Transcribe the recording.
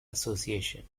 association